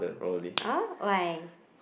oh why